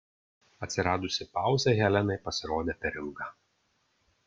atsiradusi pauzė helenai pasirodė per ilga